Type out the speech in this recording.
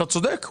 אתה צודק,